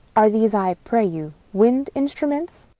are these, i pray you, wind instruments?